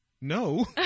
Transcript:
no